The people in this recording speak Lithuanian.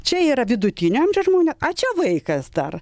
čia yra vidutinio amžiaus žmonė a čia vaikas dar